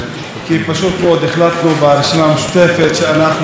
שאנחנו נדבר חלק מהזמן שלנו בשפה הערבית,